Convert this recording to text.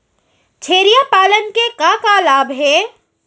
छेरिया पालन के का का लाभ हे?